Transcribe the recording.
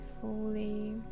fully